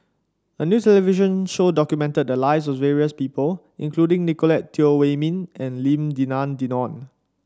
a new television show documented the lives of various people including Nicolette Teo Wei Min and Lim Denan Denon